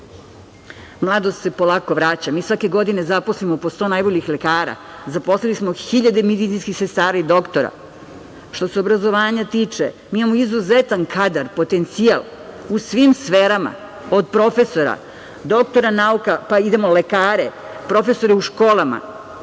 znaju. Mladost se polako vraća. Mi svake godine zaposlimo po 100 najboljih lekara, zaposlili smo hiljade medicinskih sestara i doktora. Što se obrazovanja tiče, mi imamo izuzetan kadar, potencijal, u svim sferama, od profesora, doktora nauka, pa idemo na lekare, profesore u školama.